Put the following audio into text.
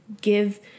give